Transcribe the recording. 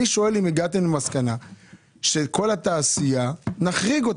אני שואל אם הגעתם למסקנה שאת כל התעשייה נחריג.